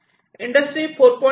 industry 4